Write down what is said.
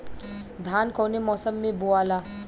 धान कौने मौसम मे बोआला?